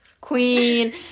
Queen